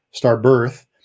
Starbirth